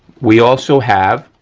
we also have